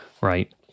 right